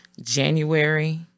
January